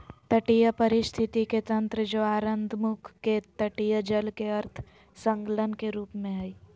तटीय पारिस्थिति के तंत्र ज्वारनदमुख के तटीय जल के अर्ध संलग्न के रूप में हइ